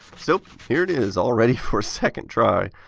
so here it is, all ready for second try.